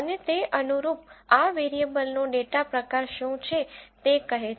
અને તે અનુરૂપ આ વેરીએબલ નો ડેટા પ્રકાર શું છે તે કહે છે